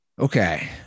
Okay